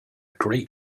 great